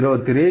03 15